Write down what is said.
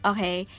Okay